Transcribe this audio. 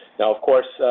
now, of course,